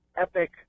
Epic